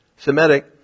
Semitic